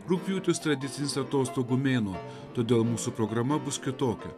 rugpjūtis tradicinis atostogų mėnuo todėl mūsų programa bus kitokia